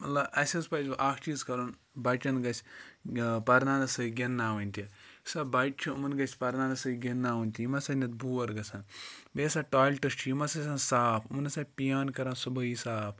مطلب اَسہِ حظ پَزِ وٕ بہٕ اَکھ چیٖز کَرُن بَچَن گَژھِ پَرناونَس سۭتۍ گِنٛدناوٕنۍ تہِ یُس ہَسا بَچہِ چھِ یِمَن گَژھِ پَرناونہٕ سۭتۍ گِنٛدناوٕنۍ تہِ یِم ہَسا نَتہٕ بور گَژھان بیٚیہِ ہَسا ٹالٹٕس چھِ یِم ہَسا چھِ آسان صاف یِمَن ہَسا پیان کَران صُبحٲیی صاف